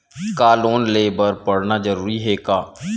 का लोन ले बर पढ़ना जरूरी हे का?